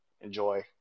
Enjoy